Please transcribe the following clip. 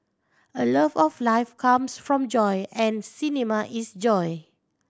a love of life comes from joy and cinema is joy